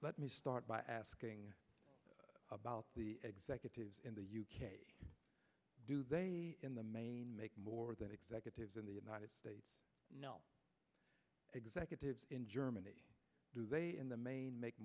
let me start by asking about the executives in the u k do they in the main make more than executives in the united states no executives in germany do they in the main make